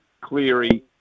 Cleary